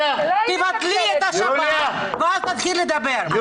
תבטלי את השב"כ ואז נתחיל לדבר.